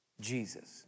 Jesus